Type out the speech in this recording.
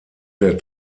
der